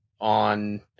on